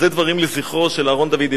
אז זה דברים לזכרו של אהרן דוידי.